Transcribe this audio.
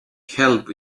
help